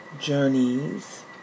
journeys